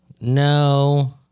No